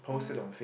oh